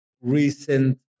recent